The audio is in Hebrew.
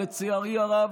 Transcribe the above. לצערי הרב,